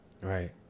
Right